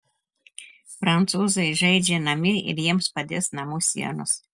prancūzai žaidžia namie ir jiems padės namų sienos